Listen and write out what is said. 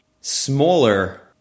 smaller